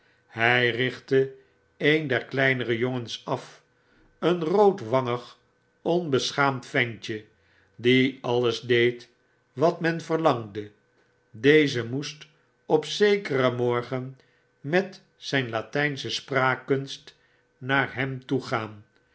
hij richtte een der kleinere jongens af een roodwangig onbeschaamd ventje die alles deed wat men verlangde deze moest op zekeren morgen met zijn latijnsche spraakkunst naar hem toe